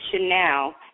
now